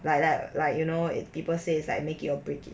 like like like you know it people say it's like make it or break